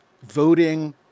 voting